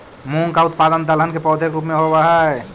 मूंग का उत्पादन दलहन के पौधे के रूप में होव हई